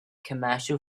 commercial